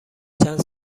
چند